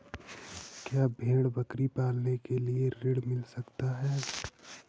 क्या भेड़ बकरी पालने के लिए ऋण मिल सकता है?